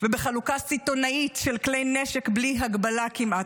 ובחלוקה סיטונאית של כלי נשק בלי הגבלה כמעט.